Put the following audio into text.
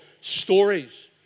stories